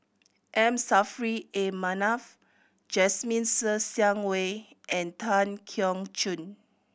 M Saffri A Manaf Jasmine Ser Xiang Wei and Tan Keong Choon